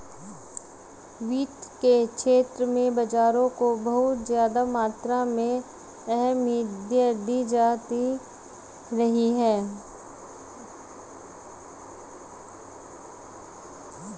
वित्त के क्षेत्र में बाजारों को बहुत ज्यादा मात्रा में अहमियत दी जाती रही है